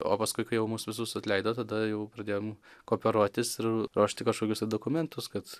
o paskui kai jau mus visus atleido tada jau pradėjom kooperuotis ir ruošti kažkokius tai dokumentus kad